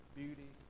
beauty